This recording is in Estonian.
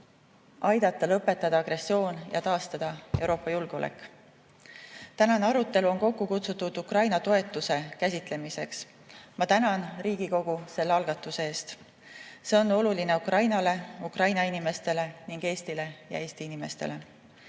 aidata lõpetada agressioon ja taastada Euroopa julgeolek. Tänane arutelu on kokku kutsutud Ukraina toetuse käsitlemiseks. Ma tänan Riigikogu selle algatuse eest. See on oluline Ukrainale, Ukraina inimestele ning Eestile ja Eesti inimestele.